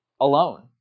alone